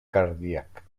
cardíac